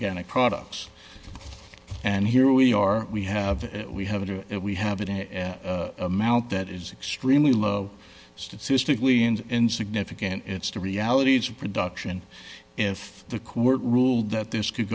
organic products and here we are we have we have we have an amount that is extremely low statistically insignificant it's the realities of production and if the court ruled that this could